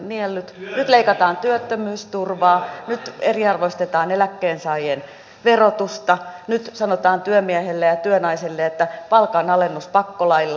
nyt leikataan työttömyysturvaa nyt eriarvoistetaan eläkkeensaajien verotusta nyt sanotaan työmiehelle ja työnaiselle että palkanalennus pakkolailla